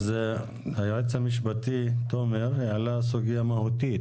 אז היועץ המשפטי תומר העלה סוגיה מהותית